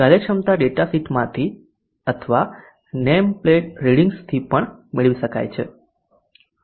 કાર્યક્ષમતા ડેટાશીટમાંથી અથવા નેમ પ્લેટ રીડિંગ્સથી પણ મેળવી શકાય છે